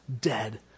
dead